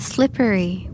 Slippery